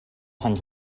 sant